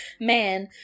man